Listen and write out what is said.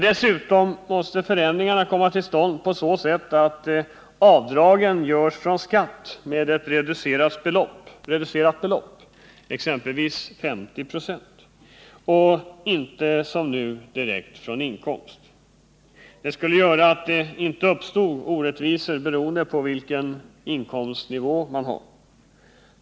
Dessutom måste förändringar komma till stånd på så sätt att avdragen görs från skatt med ett reducerat belopp — exempelvis 50 96 — och inte som nu direkt från inkomst. Det skulle göra att det inte uppstod orättvisor beroende på vilken inkomstnivå man har.